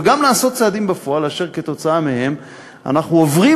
וגם לעשות צעדים בפועל אשר כתוצאה מהם אנחנו עוברים